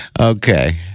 okay